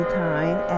time